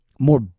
More